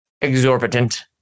exorbitant